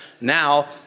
Now